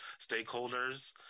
stakeholders